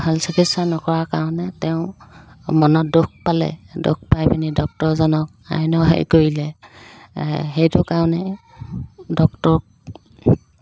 ভাল চিকিৎসা নকৰাৰ কাৰণে তেওঁ মনত দুখ পালে দুখ পাই পিনি ডক্তৰজনক আইনৰ হেৰি কৰিলে সেইটো কাৰণে ডক্তৰক